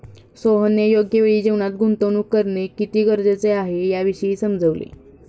सोहनने योग्य वेळी जीवनात गुंतवणूक करणे किती गरजेचे आहे, याविषयी समजवले